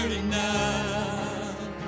enough